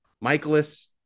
Michaelis